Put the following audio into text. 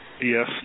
Yes